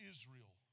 Israel